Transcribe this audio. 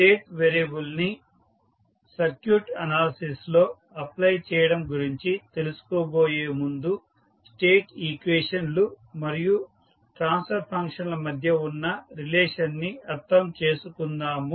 state variable ని circuit analysis లో apply చేయడం గురించి తెలుసుకోబోయే ముందు స్టేట్ ఈక్వేషన్లు మరియు ట్ట్రాన్సఫర్ ఫంక్షన్ ల మధ్య ఉన్న రిలేషన్ ని అర్థం చేసుకుందాము